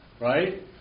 Right